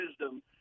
wisdom